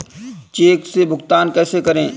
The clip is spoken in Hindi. चेक से भुगतान कैसे करें?